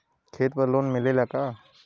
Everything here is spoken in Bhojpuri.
खेत पर लोन मिलेला का?